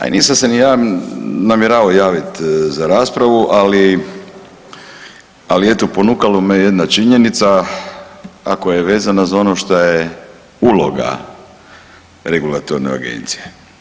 A i nisam se ni ja namjeravao javit za raspravu, ali eto ponukalo me jedna činjenica, a koja je vezano za ono što je uloga regulatorne agencije.